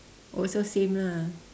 also same lah